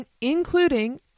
including